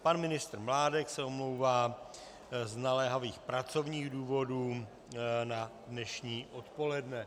Pan ministr Mládek se omlouvá z naléhavých pracovních důvodů na dnešní odpoledne.